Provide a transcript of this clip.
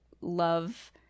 love